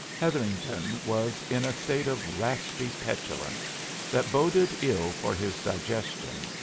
hetherington was in a state of raspy petulance that boded ill for his digestion,